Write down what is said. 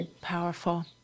Powerful